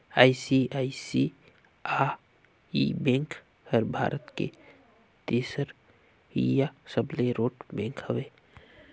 ICICI bank हर भारत के तीसरईया सबले रोट बेंक हवे